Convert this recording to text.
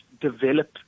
develop